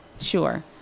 Sure